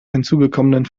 hinzugekommenen